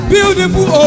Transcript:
Beautiful